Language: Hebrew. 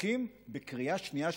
ועוסקים בקריאה שנייה ושלישית,